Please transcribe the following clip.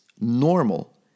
normal